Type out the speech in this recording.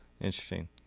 interesting